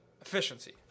efficiency